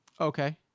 okay